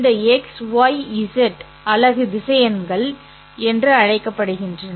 இந்த x̂ ŷ ẑ அலகு திசையன்கள் என்று அழைக்கப்படுகின்றன